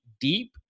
deep